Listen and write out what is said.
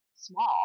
small